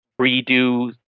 redo